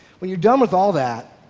when you're done with all that,